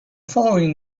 following